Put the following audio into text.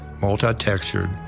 multi-textured